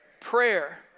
prayer